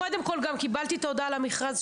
קודם כל גם קיבלתי את ההודעה על המכרז,